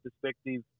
perspective